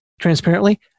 transparently